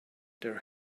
their